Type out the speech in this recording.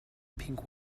pink